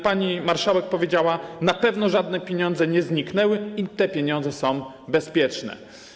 Pani marszałek powiedziała: Na pewno żadne pieniądze nie zniknęły i te pieniądze są bezpieczne.